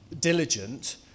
diligent